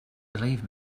believe